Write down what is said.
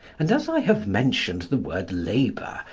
and as i have mentioned the word labour,